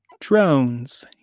drones